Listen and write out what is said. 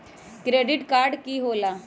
Credit card की होला?